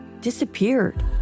disappeared